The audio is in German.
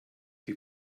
die